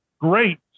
great